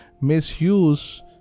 misuse